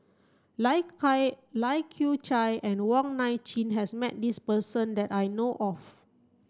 Lai Lai Kew Chai and Wong Nai Chin has met this person that I know of